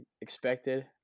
expected